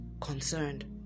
concerned